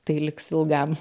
tai liks ilgam